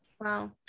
wow